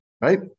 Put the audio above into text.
right